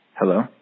Hello